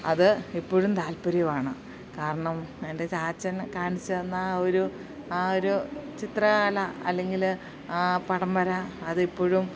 അത് ഇപ്പോഴും താൽപര്യമാണ് കാരണം എൻ്റെ ചാച്ചൻ കാണിച്ചു തന്ന ആ ഒരു ആ ഒരു ചിത്രകല അല്ലെങ്കിൽ ആ പടം വര അത് ഇപ്പോഴും